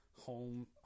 home